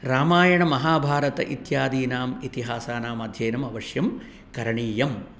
रामायणमहाभारतम् इत्यादीनाम् इतिहासानामध्ययनम् अवश्यं करणीयं